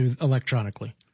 electronically